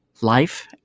life